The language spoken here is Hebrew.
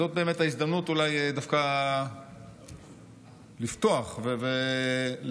זאת באמת ההזדמנות אולי דווקא לפתוח ולאחל